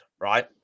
right